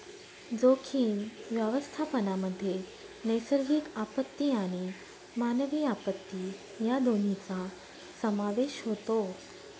जोखीम व्यवस्थापनामध्ये नैसर्गिक आपत्ती आणि मानवी आपत्ती या दोन्हींचा समावेश होतो